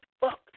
fuck